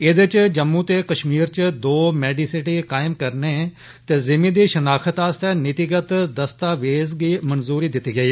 एह्दे च जम्मू ते कश्मीर च दौं मेडी सिटी कायम करने ते जिमी दी शनाख्त आस्तै नीतिगत दस्तावेज गी मंजूरी दित्ती गेई